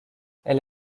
elle